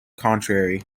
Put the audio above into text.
contrary